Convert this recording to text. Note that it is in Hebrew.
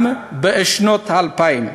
גם בשנות האלפיים,